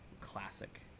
classic